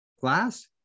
glass